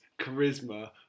charisma